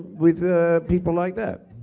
with ah, people like that.